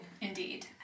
Indeed